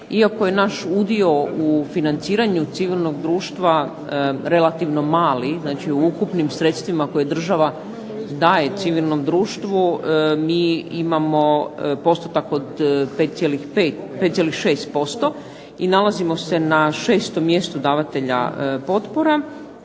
iako je naš udio u financiranju civilnog društva relativno mali, znači u ukupnim sredstvima koje država daje civilnom društvu, mi imamo postotak od 5,6% i nalazimo se na 6. mjestu davatelja potpora.